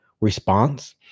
response